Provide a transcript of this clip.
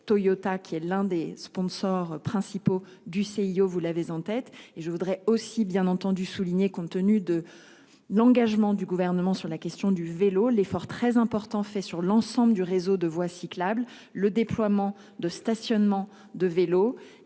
Toyota qui est l'un des sponsors principaux du CIO, vous l'avez en tête et je voudrais aussi bien entendu souligner compte tenu de l'engagement du gouvernement sur la question du vélo l'effort très important fait sur l'ensemble du réseau de voies cyclables le déploiement de stationnement de vélo